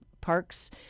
parks